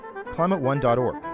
climateone.org